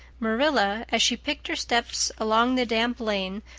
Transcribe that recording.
marilla, as she picked her steps along the damp lane,